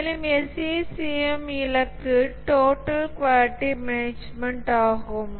மேலும் SEI CMM இலக்கு total quality management ஆகும்